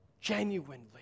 genuinely